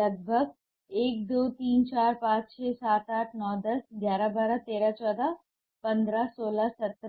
लगभग 1 2 3 4 5 6 7 8 9 10 11 12 13 14 15 16 17 हैं